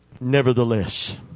Nevertheless